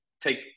take